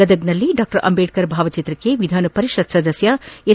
ಗದಗದಲ್ಲಿ ಡಾ ಅಂಬೇಡ್ಕರ್ ಭಾವಚಿತ್ರಕ್ಷೆ ವಿಧಾನಪರಿಷತ್ ಸದಸ್ಯ ಎಸ್